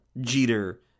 Jeter